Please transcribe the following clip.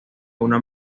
una